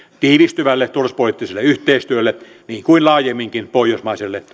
tiivistyvälle turvallisuuspoliittiselle yhteistyölle niin kuin laajemminkin pohjoismaiselle